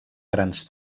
grans